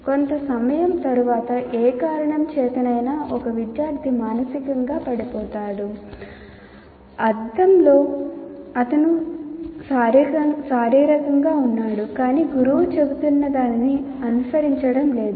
కొంత సమయం తరువాత ఏ కారణం చేతనైనా ఒక విద్యార్థి మానసికంగా పడిపోతాడు అర్ధంలో అతను శారీరకంగా ఉన్నాడు కానీ గురువు చెబుతున్నదానిని అనుసరించడం లేదు